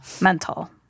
Mental